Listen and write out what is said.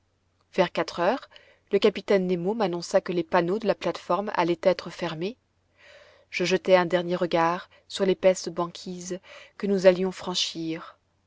vers quatre heures le capitaine nemo m'annonça que les panneaux de la plate-forme allaient être fermés je jetai un dernier regard sur l'épaisse banquise que nous allions franchir